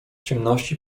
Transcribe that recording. ciemności